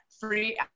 free